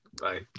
bye